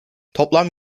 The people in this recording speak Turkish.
toplam